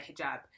hijab